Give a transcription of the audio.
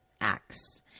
acts